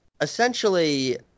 essentially